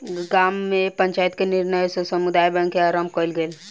गाम में पंचायत के निर्णय सॅ समुदाय बैंक के आरम्भ कयल गेल